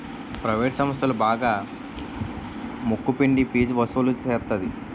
private సంస్థలు బాగా ముక్కు పిండి ఫీజు వసులు సేత్తది